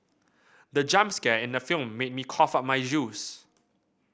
the jump scare in the film made me cough out my juice